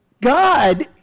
God